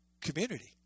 community